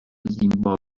زیمباوه